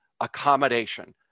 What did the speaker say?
accommodation